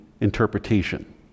interpretation